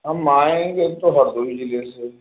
हम आएंगे तो हरदोई जिले से ही